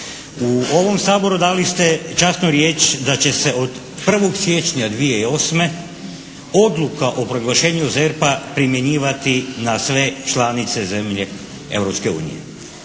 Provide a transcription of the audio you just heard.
u ovom Saboru dali ste časnu riječ da će se od 1. siječnja 2008. odluka o proglašenju ZERP-a primjenjivati na sve članice zemlje